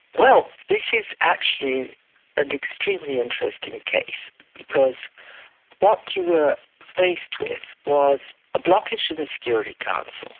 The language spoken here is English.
well this is actually an extremely interesting and case because what you were faced with was a blockage to the security council,